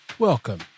Welcome